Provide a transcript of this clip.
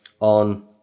on